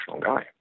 guy